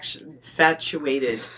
infatuated